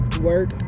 work